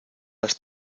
las